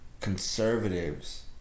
conservatives